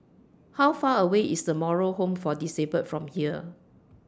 How Far away IS The Moral Home For Disabled from here